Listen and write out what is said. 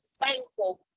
thankful